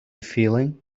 feeling